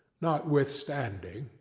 notwithstanding.